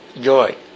joy